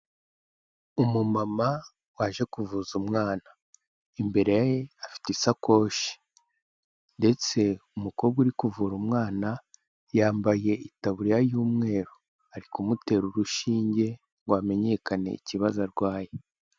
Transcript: Umumama waje kuvuza umwana, imbere ye afite isakoshi ndetse umukobwa uri kuvura umwana, yambaye itaburiya y'umweru, ari kumutera urushinge ngo hamenyekane ikibazo arwaye.